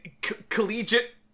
collegiate